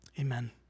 amen